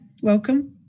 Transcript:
Welcome